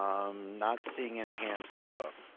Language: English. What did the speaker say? um i'm not seeing any hands go up.